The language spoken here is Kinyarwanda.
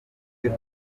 yica